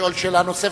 לשאול שאלה נוספת.